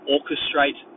Orchestrate